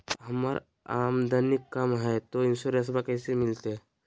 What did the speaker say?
हमर आमदनी कम हय, तो इंसोरेंसबा कैसे मिलते?